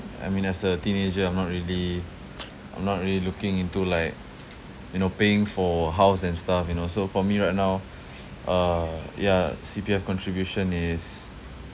I mean as a teenager I'm not really I'm not really looking into like you know paying for house and stuff you know so for me right now uh yeah C_P_F contribution is